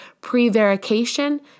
prevarication